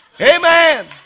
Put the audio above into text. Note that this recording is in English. Amen